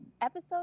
episode